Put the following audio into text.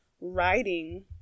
writing